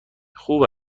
خوب